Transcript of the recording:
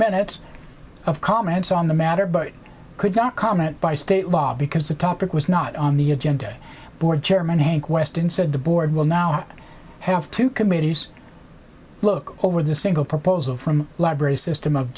minutes of comments on the matter but could not comment by state law because the topic was not on the agenda board chairman hank weston said the board will now have two committees look over the single proposal from library system of